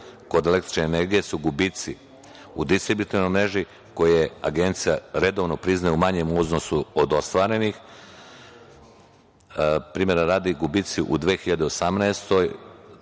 kod električne energije su gubici u distributivnoj mreži koje Agencija redovno priznaje u manjem iznosu od ostvarenih. Primera radi, gubici u 2018.